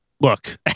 Look